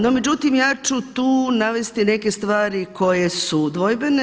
No međutim, ja ću tu navesti neke stvari koje su dvojbene.